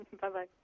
Bye-bye